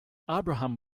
abraham